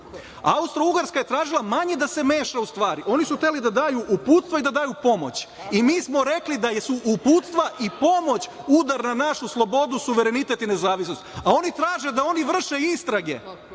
Austrougarska je tražila manje da se meša u stvari. Oni su hteli da daju uputstva i da daju pomoć. I mi smo rekli da su uputstva i pomoć udar na našu slobodu, suverenitet i nezavisnost, a oni traže da oni vrše istrage.